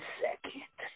second